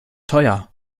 teuer